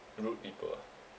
rude people ah